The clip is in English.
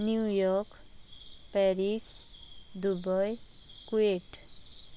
New York Paris Dubai Kuwait